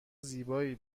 زیبایی